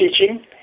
teaching